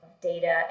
data